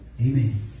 Amen